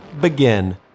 begin